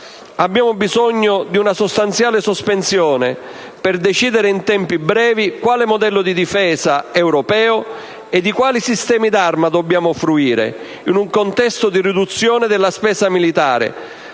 Abbiamo bisogno di una sostanziale sospensione per decidere in tempi brevi quale modello europeo di difesa e di quali sistemi d'arma dobbiamo fruire in un contesto di riduzione della spesa militare,